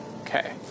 Okay